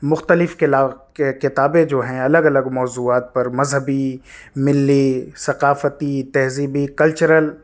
مختلف کتابیں جو ہیں الگ الگ موضوعات پر مذہبی ملی ثقافتی تہذیبی کلچرل